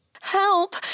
Help